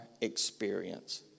experience